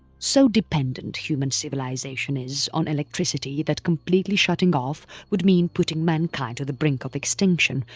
so dependent human civilisation is on electricity that completely shutting off would mean putting mankind to the brink of extinction,